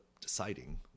deciding